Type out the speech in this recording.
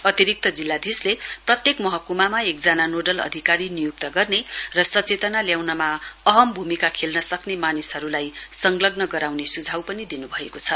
अतिरिक्त जिल्लाधीशले प्रत्येक महकुमा एकजना नोडल अधिकारी नियुक्त गर्ने र सचेतना ल्याउनमा अहम् भूमिका खेल्न सक्ने मानिसहरुलाई संलग्न गराउने सुझाउ पनि दिनुभएको छ